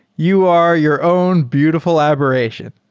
you are your own beautiful aberration.